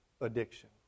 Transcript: addiction